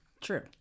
true